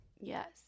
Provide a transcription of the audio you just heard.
Yes